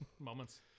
Moments